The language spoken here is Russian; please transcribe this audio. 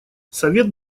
совет